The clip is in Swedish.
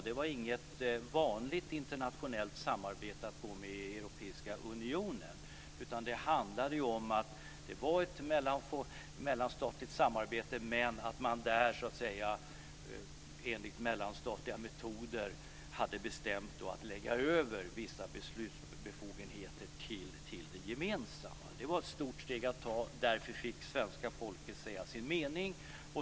Det var inget vanligt internationellt samarbete att gå med i Europeiska unionen, utan det handlade om ett mellanstatligt samarbete där man enligt mellanstatliga metoder hade bestämt att lägga över vissa beslutsbefogenheter till gemenskapen. Det var ett stort steg att ta, och därför fick svenska folket vara med och säga sig mening.